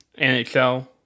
NHL